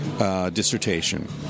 Dissertation